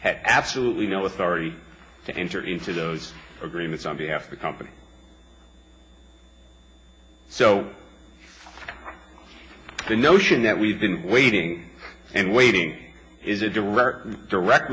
had absolutely no authority to enter into those agreements on behalf of the company so the notion that we've been waiting and waiting is a direct direct